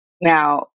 Now